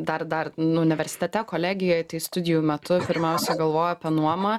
dar dar nu universitete kolegijoj tai studijų metu pirmiausia galvoja apie nuomą